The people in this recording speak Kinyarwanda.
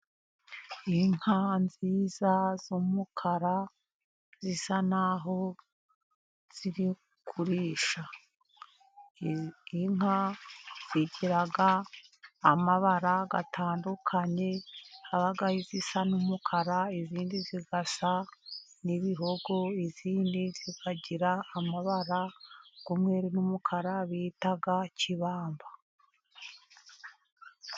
Inka nziza z'umukara zisa naho ziri kurisha. Inka zigira amabara atandukanye, haba izisa n'umukara izindi zigasa n'ibihogo, izindi zikagira amabara y'umwe n'umukara bita kibamba.